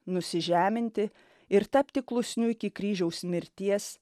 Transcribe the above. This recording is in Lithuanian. nusižeminti ir tapti klusniu iki kryžiaus mirties